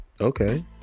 Okay